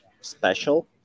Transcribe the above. special